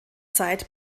zeit